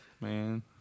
man